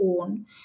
own